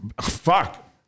Fuck